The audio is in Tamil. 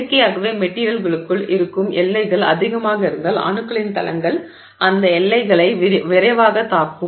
இயற்கையாகவே மெட்டிரியலுக்குள் இருக்கும் எல்லைகள் அதிகமாக இருந்தால் அணுக்களின் தளங்கள் அந்த எல்லைகளை விரைவாகத் தாக்கும்